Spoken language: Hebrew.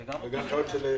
וגן החיות של חיפה?